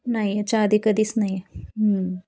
नाही ह्याच्या आधी कधीच नाही